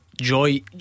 joy